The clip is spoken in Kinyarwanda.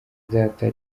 data